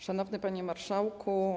Szanowny Panie Marszałku!